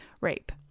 rape